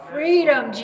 Freedom